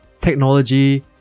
technology